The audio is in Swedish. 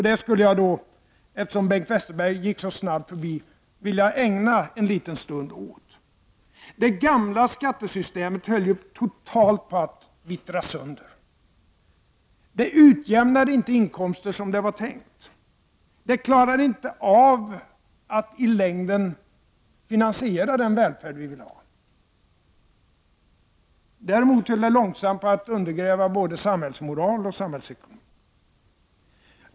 Det skulle jag, eftersom Bengt Westerberg gick så snabbt förbi det, vilja ägna en liten stund åt. Det gamla skattesystemet höll på att totalt vittra sönder. Det utjämnade inte inkomster som det var tänkt. Det klarade inte av att i längden finansiera den välfärd vi ville ha. Däremot höll det långsamt på att undergräva både samhällsmoral och samhällsekonomi.